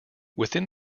within